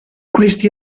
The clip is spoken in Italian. questi